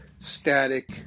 static